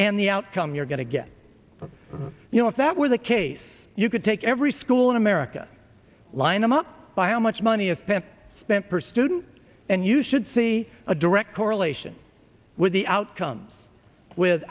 and the outcome you're going to get you know if that were the case you could take every school in america line them up by much money is spent spent per student and you should see a direct correlation with the outcomes with